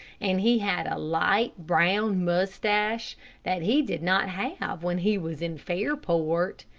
and he had a light, brown moustache that he did not have when he was in fairport.